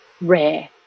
rare